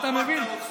אתה מבין?